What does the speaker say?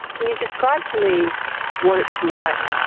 can you describe to me what it's like,